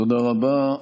תודה רבה.